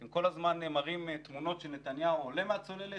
אתם כל הזמן מראים תמונות של נתניהו עולה מהצוללת,